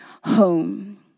home